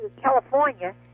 California